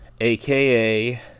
aka